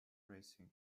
bracing